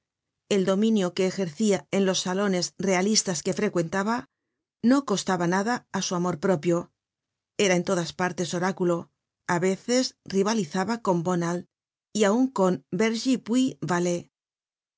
el dominio que ejercia en los salones realistas que frecuentaba no costaba nada á su amor propio era en todas partes oráculo á veces rivalizaba con bonald y aun con